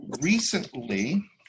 recently